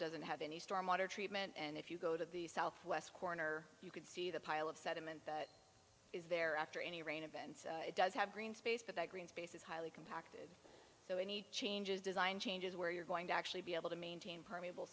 doesn't have any storm water treatment and if you go to the southwest corner you can see the pile of sediment that is there after any rain event it does have green space but that green space is highly compact so any changes design changes where you're going to actually be able to maintain perm